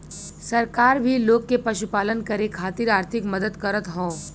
सरकार भी लोग के पशुपालन करे खातिर आर्थिक मदद करत हौ